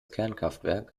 kernkraftwerk